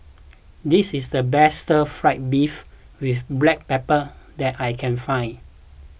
this is the best Stir Fried Beef with Black Pepper that I can find